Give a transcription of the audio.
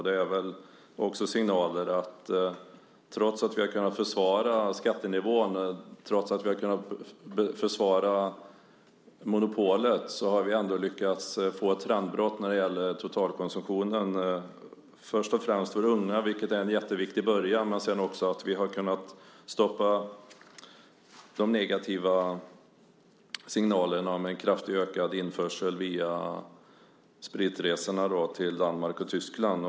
Det är väl också en signal om att vi, trots att vi har kunnat försvara skattenivån och trots att vi har kunna försvara monopolet, lyckats få ett trendbrott när det gäller totalkonsumtionen först och främst för unga, vilket är en jätteviktig början. Men vi har också kunnat få ett stopp när det gäller de negativa signalerna om en kraftigt ökad införsel via spritresorna till Danmark och Tyskland.